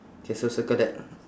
K so circle that